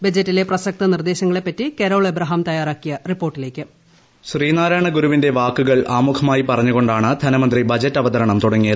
ബജറ്റിലെ പ്രസക്ത നിർദ്ദേശങ്ങളെപ്പറ്റി Carol Abraham തയ്യാറാക്കിയ റിപ്പോർട്ടിലേക്ക് ശ്രീനാരായണ ഗുരുവിന്റെ വാക്കുകൾ ആമുഖമായി പറഞ്ഞുകൊണ്ടാണ് ധനമന്ത്രി ബജറ്റ് അവതരണം തുടങ്ങിയത്